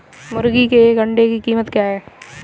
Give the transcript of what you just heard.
मुर्गी के एक अंडे की कीमत क्या है?